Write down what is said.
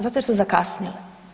Zato jer su zakasnile.